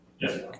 Yes